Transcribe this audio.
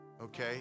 okay